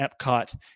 epcot